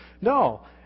No